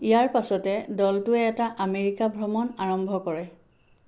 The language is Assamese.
ইয়াৰ পাছতে দলটোৱে এটা আমেৰিকা ভ্ৰমণ আৰম্ভ কৰে